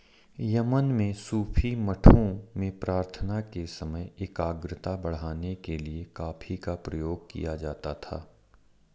Yemen में सूफी मठों में प्रार्थना के समय एकाग्रता बढ़ाने के लिए कॉफी का प्रयोग किया जाता था